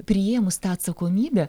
priėmus tą atsakomybę